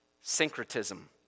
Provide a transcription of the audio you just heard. syncretism